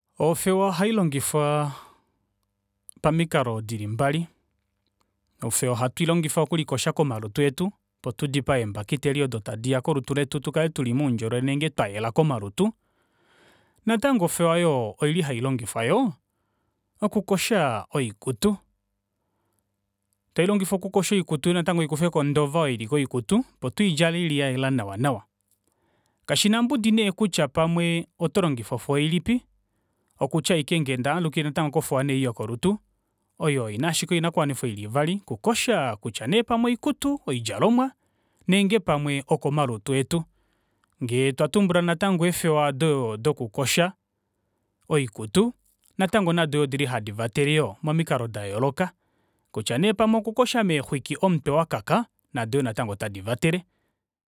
Ofewa ohailongifwa aa pamikalo dili mbali, ofewa oha tuilongifa oku likosha komalutu etu opo tudipaye eembakiteli odo tadi ya kolutu letu tukale tuli moundjolowele nenge twayela komalutu. Natango ofewa yoo oili hailongifwa yoo oku kosha oikutu, tailongifwa okukosha oikutu natango ikufeko ondova oyo ili koikutu opo tuidjale ili yayela nawa nawa. Kashina mbudi nee pamwe oto longifa ofewa ilipi, okutya aike ngee ndaalukile neekofewa eyi yokolutu oyo ina ashike oinakuwanfiwa ili ivali, oukukosha kutya nee pamwe oikutu oidjalomwa nenge pamwe okomalutu etu. Ngee twatumbula natango eefewa aado doku kosha oikutu natango nado odili hadi vatele yoo momikalo dayooloka kutya nee pamwe okukosha meexwiki omutwe wakakaka nado yoo natango ota divatele.